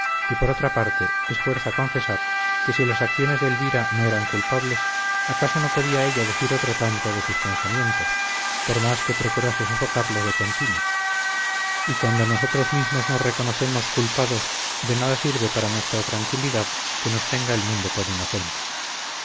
y por otra parte es fuerza confesar que si las acciones de elvira no eran culpables acaso no podía ella decir otro tanto de sus pensamientos por más que procurase sofocarlos de continuo y cuando nosotros mismos nos reconocemos culpados de nada sirve para nuestra tranquilidad que nos tenga el mundo por inocentes